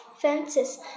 fences